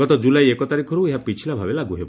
ଗତ ଜୁଲାଇ ଏକ ତାରିଖରୁ ଏହା ପିଛିଲା ଭାବେ ଲାଗୁ ହେବ